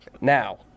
Now